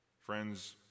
Friends